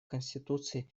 конституции